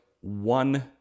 one